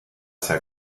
c’est